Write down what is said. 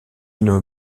une